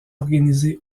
organisé